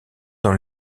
dans